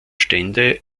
stände